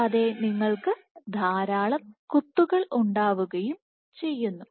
കൂടാതെ നിങ്ങൾക്ക് ധാരാളം കുത്തുകൾ ഉണ്ടാവുകയും ചെയ്യുന്നു